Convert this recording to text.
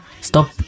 Stop